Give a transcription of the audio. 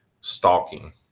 stalking